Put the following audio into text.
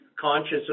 conscious